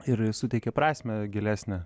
ir suteikia prasmę gilesnę